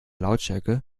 lautstärke